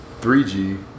3G